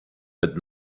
but